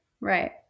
Right